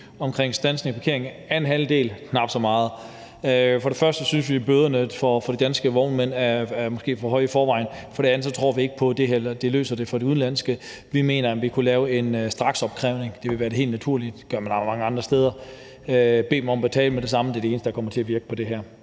omkring standsning og parkering synes vi er fint, anden halvdel knap så fint. For det første synes vi, at bøderne for de danske vognmænd måske er for høje i forvejen. For det andet tror vi ikke på, at det her løser det i forhold til de udenlandske. Vi mener, at vi kunne lave en straksopkrævning. Det ville være helt naturligt. Det gør man mange andre steder. At bede dem om at betale med det samme er det eneste, der kommer til at virke på det her.